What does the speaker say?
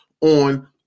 on